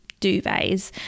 duvets